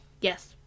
Yes